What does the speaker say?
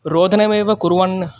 रोदनमेव कुर्वन्